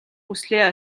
хүслээ